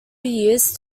years